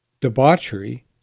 debauchery